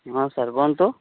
ହଁ ସାର୍ କୁହନ୍ତୁ